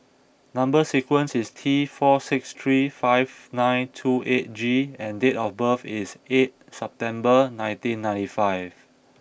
number sequence is T four six three five nine two eight G and date of birth is eight September nineteen ninety five